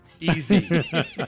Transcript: easy